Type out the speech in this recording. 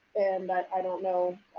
and i don't know